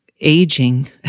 aging